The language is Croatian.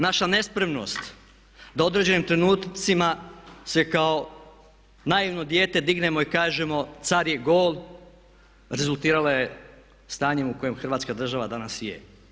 Naša nespremnost da u određenim trenucima se kao naivno dijete dignemo i kažemo car je gol rezultirala je stanjem u kojem Hrvatska država danas je.